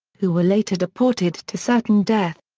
who were later deported to certain death.